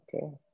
Okay